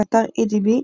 באתר "אידיבי",